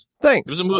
Thanks